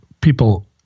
people